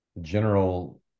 general